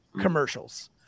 commercials